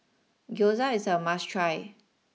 Gyoza is a must try